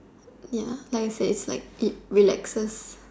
ya like you said it relaxes